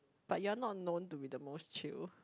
but you are not known to be the most chill